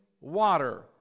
water